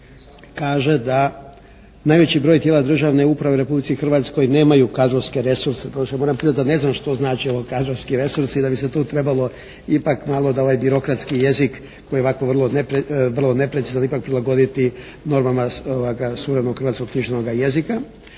kaže da najveći broj tijela državne uprave u Republici Hrvatskoj nemaju kadrovske resurse, to ću morati priznati da ne znam što znači ovo kadrovski resursi, da bi su tu trebalo ipak malo da ovaj birokratski jezik koji je ovako vrlo neprecizan ipak prilagoditi normama suvremenoga hrvatskoga književnoga jezika,